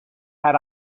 had